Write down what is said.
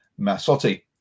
Massotti